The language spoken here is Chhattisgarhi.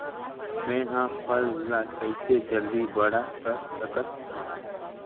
मैं ह फल ला कइसे जल्दी बड़ा कर सकत हव?